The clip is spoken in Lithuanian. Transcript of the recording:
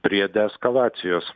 prie deeskalacijos